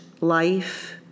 life